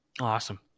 awesome